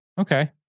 Okay